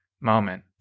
moment